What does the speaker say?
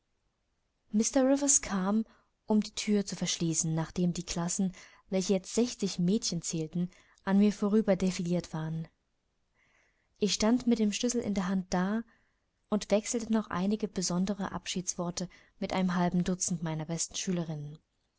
mr rivers kam um die thür zu verschließen nachdem die klassen welche jetzt sechzig mädchen zählten an mir vorüber defiliert waren ich stand mit dem schlüssel in der hand da und wechselte noch einige besondere abschiedsworte mit einem halben dutzend meiner